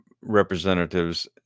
representatives